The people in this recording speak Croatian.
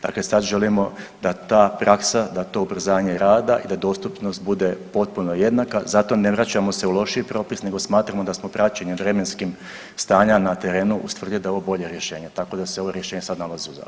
Dakle, sad želimo da ta praksa, da to ubrzanje rada i da dostupnost bude potpuno jednaka zato ne vraćamo se u lošiji propis nego smatramo da smo praćenjeM vremenskih stanja na terenu ustvrdili da je ovo bolje rješenje, tako da se ovo rješenje sad nalazi u zakonu.